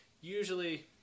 usually